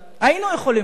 היינו יכולים להיות.